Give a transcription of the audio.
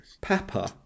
Pepper